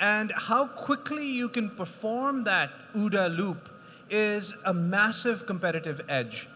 and how quickly you can perform that ooda loop is a massive competitive edge.